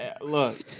Look